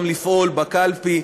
גם לפעול בקלפי,